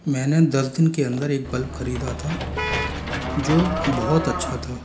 मैंने दस दिन के अंदर एक बल्ब खरीदा था जो की बहुत अच्छा था